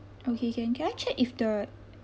okay can can I check if the